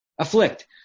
Afflict